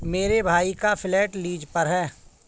मेरे भाई का फ्लैट लीज पर है